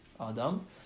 Adam